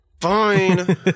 fine